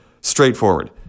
straightforward